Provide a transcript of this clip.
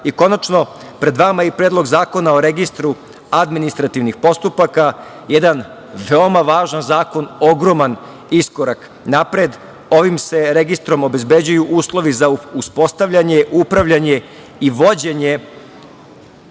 pred vama je i Predlog zakona o Registru administrativnih postupaka. Jedan veoma važan zakona, ogroman iskorak napred. Ovim se registrom obezbeđuju uslovi za uspostavljanje, upravljanje i vođenje